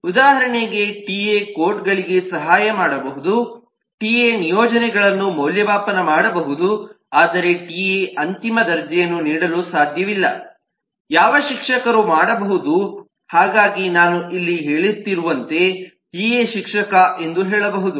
ಉದಾಹರಣೆಗೆ ಟಿಎ ಕೋಡ್ಗಳಿಗೆ ಸಹಾಯ ಮಾಡಬಹುದು ಟಿಎ ನಿಯೋಜನೆಗಳನ್ನು ಮೌಲ್ಯಮಾಪನ ಮಾಡಬಹುದು ಆದರೆ ಟಿಎ ಅಂತಿಮ ದರ್ಜೆಯನ್ನು ನೀಡಲು ಸಾಧ್ಯವಿಲ್ಲ ಯಾವ ಶಿಕ್ಷಕರು ಮಾಡಬಹುದು ಹಾಗಾಗಿ ನಾನು ಇಲ್ಲಿ ಹೇಳುತ್ತಿರುವಂತೆ ಟಿಎ ಶಿಕ್ಷಕ ಎಂದು ಹೇಳಬಹುದು